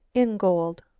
in gold.